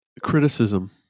criticism